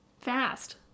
Fast